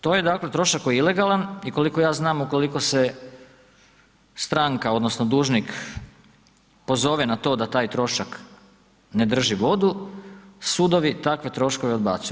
To je dakle trošak koji je ilegalan i koliko ja znam ukoliko se stranka odnosno dužnik pozove na to da taj trošak ne drži vodu, sudovi takve troškove odbacuju.